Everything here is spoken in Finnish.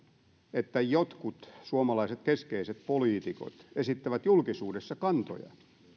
että jotkut suomalaiset keskeiset poliitikot esittävät julkisuudessa kantoja